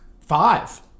five